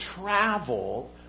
travel